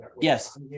yes